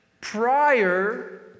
prior